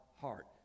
heart